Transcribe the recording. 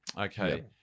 Okay